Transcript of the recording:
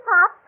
Pop